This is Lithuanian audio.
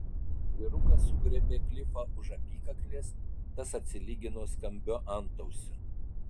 vyrukas sugriebė klifą už apykaklės tas atsilygino skambiu antausiu